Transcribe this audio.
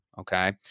Okay